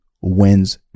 wins